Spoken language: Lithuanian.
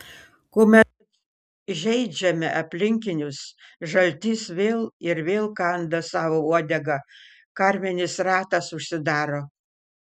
kuomet žeidžiame aplinkinius žaltys vėl ir vėl kanda savo uodegą karminis ratas užsidaro